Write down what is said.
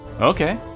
Okay